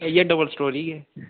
एह् इयै double storey ऐ